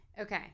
Okay